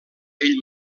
ell